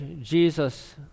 Jesus